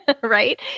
right